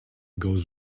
goes